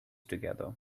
together